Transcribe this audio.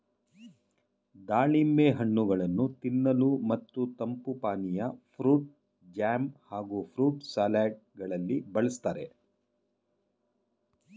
ದಾಳಿಂಬೆ ಹಣ್ಣುಗಳನ್ನು ತಿನ್ನಲು ಮತ್ತು ತಂಪು ಪಾನೀಯ, ಫ್ರೂಟ್ ಜಾಮ್ ಹಾಗೂ ಫ್ರೂಟ್ ಸಲಡ್ ಗಳಲ್ಲಿ ಬಳ್ಸತ್ತರೆ